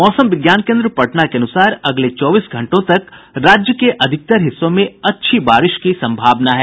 मौसम विज्ञान केन्द्र के अनुसार अगले चौबीस घंटों तक राज्य के अधिकतर हिस्सों में अच्छी बारिश की सम्भावना है